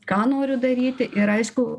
ką noriu daryti ir aišku